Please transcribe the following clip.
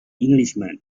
englishman